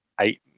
eight